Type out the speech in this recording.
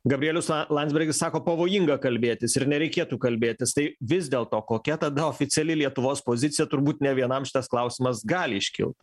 gabrielius landsbergis sako pavojinga kalbėtis ir nereikėtų kalbėtis tai vis dėl to kokia tada oficiali lietuvos pozicija turbūt nevienam šitas klausimas gali iškilt